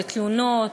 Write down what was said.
לתלונות,